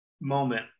moment